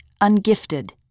ungifted